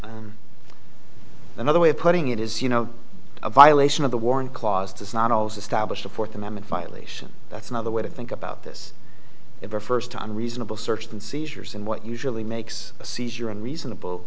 but another way of putting it is you know a violation of the warrant clause does not always establish the fourth amendment violation that's another way to think about this if a first time reasonable search and seizures in what usually makes a seizure and reasonable